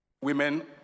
women